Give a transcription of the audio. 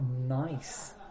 nice